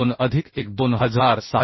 2 अधिक 1